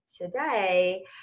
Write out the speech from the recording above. Today